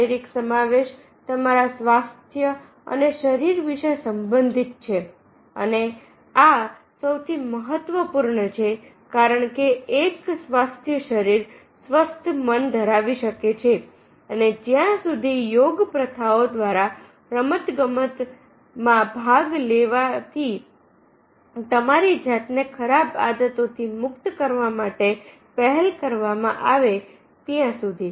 શારીરિક સમાવેશ તમારા સ્વાસ્થ્ય અને શરીર વિશે સંબંધિત છે અને આ સૌથી મહત્વપૂર્ણ છે કારણ કે એક સ્વાસ્થ્ય શરીર સ્વસ્થ મન ધરાવી શકે છે અને જ્યાં સુધી યોગ પ્રથાઓ દ્વારા રમત ગમતમાં ભાગ લેવા થી તમારી જાતને ખરાબ આદતોથી મુક્ત કરવા માટે પહેલ કરવામાં આવે ત્યાં સુધી